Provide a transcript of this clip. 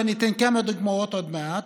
ואני אתן כמה דוגמאות עוד מעט,